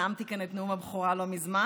נאמתי כאן את נאום הבכורה לא מזמן,